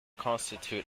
constitute